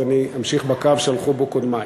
אז אני אמשיך בקו שהלכו בו קודמי.